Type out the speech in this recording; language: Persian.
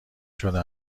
شده